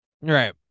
Right